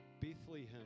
bethlehem